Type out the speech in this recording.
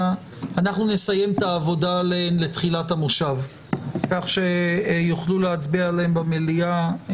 שנסיים את העבודה עליהן בתחילת המושב ויוכלו להצביע עליהן במליאה.